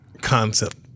concept